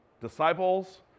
Disciples